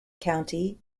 county